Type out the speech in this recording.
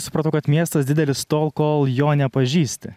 supratau kad miestas didelis tol kol jo nepažįsti